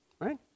Right